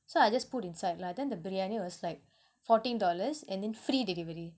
so I just put inside lah then the briyani was like fourteen dollars and then free delivery